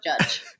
judge